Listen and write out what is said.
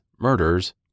murders